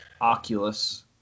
Oculus